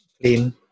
clean